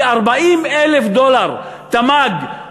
כי 40,000 דולר תמ"ג,